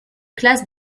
classe